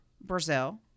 Brazil